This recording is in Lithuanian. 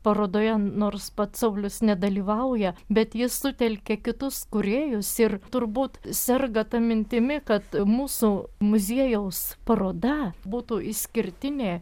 parodoje nors pats saulius nedalyvauja bet jis sutelkė kitus kūrėjus ir turbūt serga ta mintimi kad mūsų muziejaus paroda būtų išskirtinė